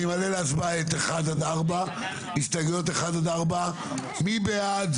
אני מעלה להצבעה את הסתייגויות 1 עד 4. מי בעד?